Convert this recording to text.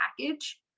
package